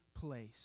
place